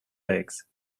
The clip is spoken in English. legs